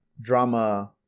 Drama